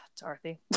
Dorothy